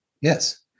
yes